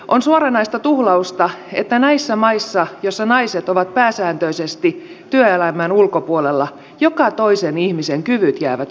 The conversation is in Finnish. on suoranaista tuhlausta että näissä maissa joissa naiset ovat pääsääntöisesti työelämän ulkopuolella joka toisen ihmisen kyvyt jäävät hyödyntämättä